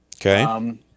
Okay